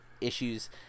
issues